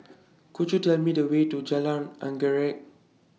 Could YOU Tell Me The Way to Jalan Anggerek